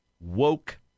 woke